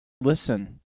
listen